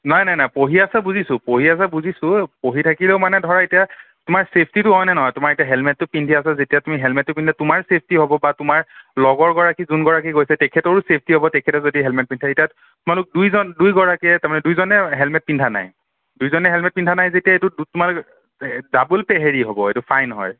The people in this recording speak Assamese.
নাই নাই নাই পঢ়ি আছা বুজিছোঁ পঢ়ি আছা বুজিছোঁ পঢ়ি থাকিলেও মানে ধৰা এতিয়া তোমাৰ চেফটিটো হয়নে নহয় তোমাৰ এতিয়া হেলমেটটো পিন্ধি আছা যেতিয়া তুমি হেলমেটটো পিন্ধিলে তোমাৰ চেফটি হ'ব বা তোমাৰ লগৰ গৰাকীৰ যোনগৰাকী গৈছে তেখেতৰো চেফটি হ'ব তেখেতে যদি হেলমেট পিন্ধে এতিয়া তোমালোক দুইজন দুইগৰাকীয়ে তাৰমানে দুইজনে হেলমেট পিন্ধা নাই দুইজনে হেলমেট পিন্ধা নাই যেতিয়া এইটো তোমাৰ এ ডাবুল হেৰি হ'ব এইটো ফাইন হয়